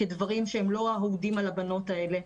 כדברים שהם לא אהודים על הבנות האלה.